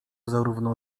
zarówno